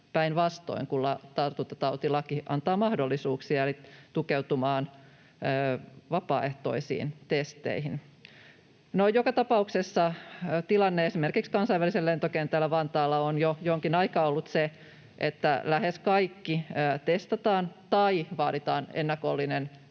päinvastoin kuin tartuntatautilaki antaa mahdollisuuksia eli tukeutumaan vapaaehtoisiin testeihin. No, joka tapauksessa tilanne esimerkiksi kansainvälisellä lentokentällä Vantaalla on jo jonkin aikaa ollut se, että lähes kaikki testataan tai vaaditaan ennakollinen